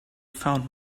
found